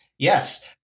Yes